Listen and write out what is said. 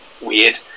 weird